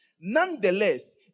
Nonetheless